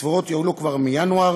שהקצבאות יועלו כבר מינואר